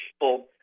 people